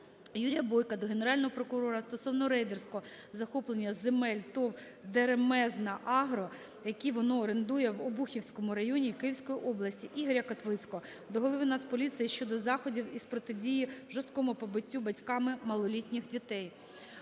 Юрія Бойка до Генерального прокурора стосовно рейдерського захоплення земель ТОВ "ДЕРЕМЕЗНА-АГРО", які воно орендує в Обухівському районі Київської області. Ігоря Котвіцького до Голови Нацполіції щодо заходів із протидії жорстокому побиттю батьками малолітніх дітей.